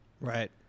Right